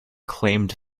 claimed